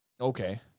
Okay